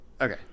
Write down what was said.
Okay